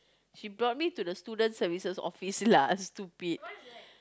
she brought me to the student services office lah stupid